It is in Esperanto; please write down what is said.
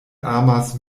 amas